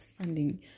funding